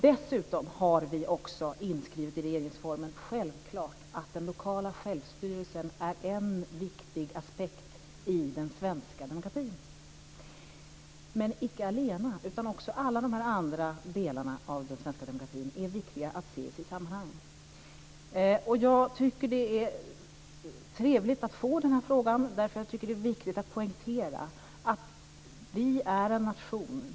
Dessutom har vi också självfallet inskrivet i regeringsformen att det lokala självstyret är en viktig aspekt i den svenska demokratin. Men det gäller inte bara den, utan alla de här andra delarna av den svenska demokratin är viktiga att se i sitt sammanhang. Jag tycker att det är trevligt att få den här frågan. Jag tycker att det är viktigt att poängtera att vi är en nation.